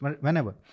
whenever